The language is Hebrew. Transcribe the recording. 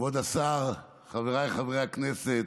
כבוד השר, חבריי חברי הכנסת,